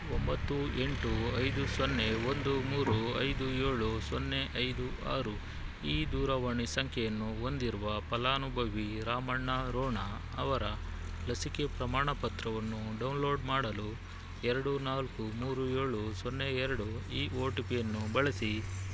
ಒಂಬತ್ತು ಎಂಟು ಐದು ಸೊನ್ನೆ ಒಂದು ಮೂರು ಐದು ಏಳು ಸೊನ್ನೆ ಐದು ಆರು ಈ ದೂರವಾಣಿ ಸಂಖ್ಯೆಯನ್ನು ಹೊಂದಿರುವ ಫಲಾನುಭವಿ ರಾಮಣ್ಣ ರೋಣ ಅವರ ಲಸಿಕೆ ಪ್ರಮಾಣಪತ್ರವನ್ನು ಡೌನ್ಲೋಡ್ ಮಾಡಲು ಎರಡು ನಾಲ್ಕು ಮೂರು ಏಳು ಸೊನ್ನೆ ಎರಡು ಈ ಒ ಟಿ ಪಿಯನ್ನು ಬಳಸಿ